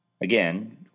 Again